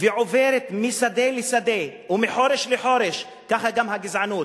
ועוברת משדה לשדה ומחורש לחורש, ככה גם הגזענות.